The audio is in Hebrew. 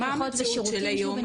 מקלחות ושירותים שיהיו בנפרד.